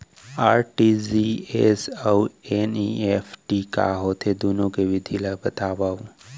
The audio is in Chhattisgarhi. आर.टी.जी.एस अऊ एन.ई.एफ.टी का होथे, दुनो के विधि ला बतावव